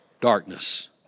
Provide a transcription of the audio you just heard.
Darkness